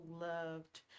loved